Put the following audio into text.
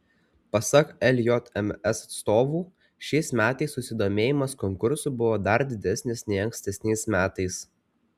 pasak ljms atstovų šiais metais susidomėjimas konkursu buvo dar didesnis nei ankstesniais metais